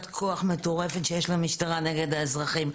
כוח מטורפת שיש למשטרה נגד האזרחים,